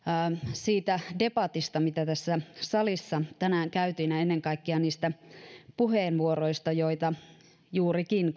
siitä debatista mitä tässä salissa on tänään käyty ja ennen kaikkea niistä puheenvuoroista joita juurikin